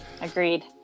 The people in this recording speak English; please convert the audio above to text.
Agreed